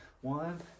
One